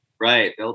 Right